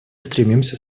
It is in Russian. стремимся